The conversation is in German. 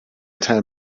teil